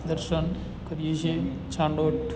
દર્શન કરીએ છીએ ચાલોઠ